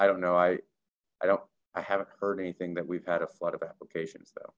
i don't know i i don't i haven't heard anything that we've had a flood of applications though